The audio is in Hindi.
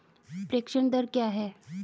प्रेषण दर क्या है?